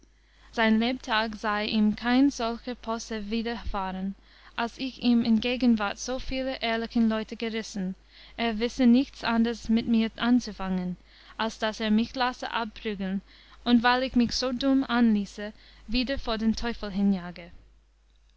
sein lebtag sei ihm kein solcher posse widerfahren als ich ihm in gegenwart so vieler ehrlichen leute gerissen er wisse nichts anders mit mir anzufangen als daß er mich lasse abprügeln und weil ich mich so dumm anließe wieder vor den teufel hinjage